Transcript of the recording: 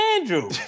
Andrew